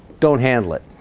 don't handle it